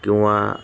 किंवा